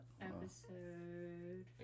episode